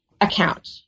account